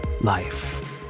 life